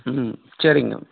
ம் சரிங்க